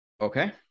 Okay